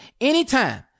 anytime